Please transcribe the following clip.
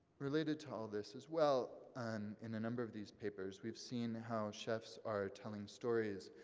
related to all of this as well, and in a number of these papers we've seen how chefs are telling stories,